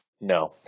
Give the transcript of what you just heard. No